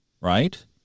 right